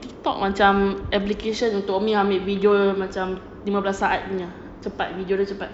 tiktok macam application untuk umi ambil video macam lima puluh saat punya cepat video dia cepat